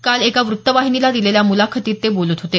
काल एका वृत्तवाहिनीला दिलेल्या मुलाखतीत ते बोलत होते